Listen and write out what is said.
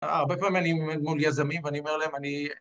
הרבה פעמים אני עומד מול יזמים ואני אומר להם אני